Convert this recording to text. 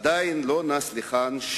אך עדיין לא נס לחן,